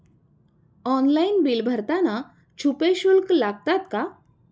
Online bill भरताना छुपे शुल्क लागतात का?